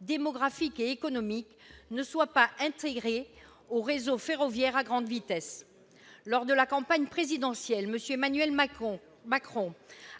démographique et économique, ne soient pas intégrées au réseau ferroviaire à grande vitesse ? Lors de la campagne présidentielle, M. Emmanuel Macron